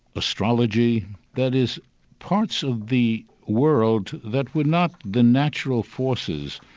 astrology that is parts of the world that were not the natural forces,